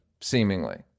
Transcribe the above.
seemingly